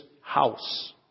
house